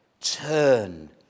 turn